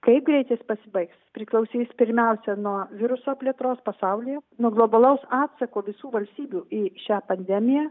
kaip greit jis pasibaigs priklausys pirmiausia nuo viruso plėtros pasaulyje nuo globalaus atsako visų valstybių į šią pandemiją